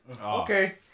okay